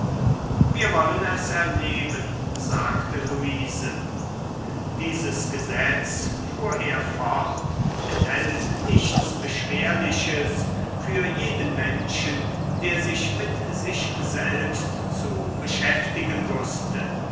wir wollen es erleben sagte luise dieses gesetz fuhr er fort enthält nichts beschwerliches für jeden menschen der sich mit sich selbst zu beschäftigen wußte